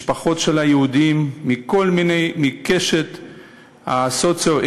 משפחות של יהודים מקשת סוציו-אקונומית,